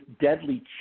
deadly